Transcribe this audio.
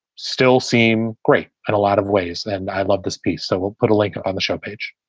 still seem great. and a lot of ways that i love this piece. so we'll put a link on the show page.